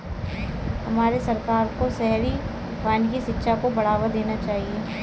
हमारे सरकार को शहरी वानिकी शिक्षा को बढ़ावा देना चाहिए